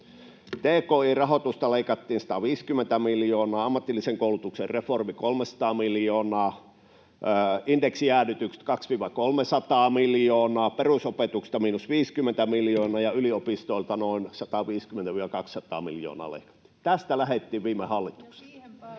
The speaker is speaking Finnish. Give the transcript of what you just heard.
Tki-rahoitusta leikattiin 150 miljoonaa, ammatillisen koulutuksen reformi oli 300 miljoonaa, indeksijäädytykset 200—300 miljoonaa, perusopetuksesta miinus 50 miljoonaa, ja yliopistoilta noin 150—200 miljoonaa leikattiin. Tästä lähdettiin viime hallituksessa.